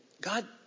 God